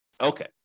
Okay